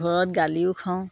ঘৰত গালিও খাওঁ